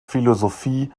philosophie